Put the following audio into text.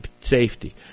safety